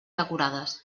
decorades